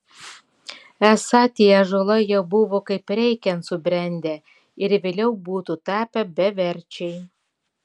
esą tie ąžuolai jau buvo kaip reikiant subrendę ir vėliau būtų tapę beverčiai